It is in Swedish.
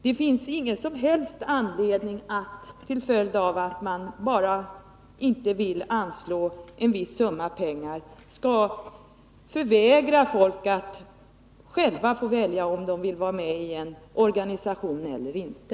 Det finns ingen som helst anledning ått, bara till följd av att man inte vill anslå en viss summa pengar, förvägra folk att själva få välja om de vill vara med i en organisation eller inte.